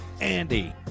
Andy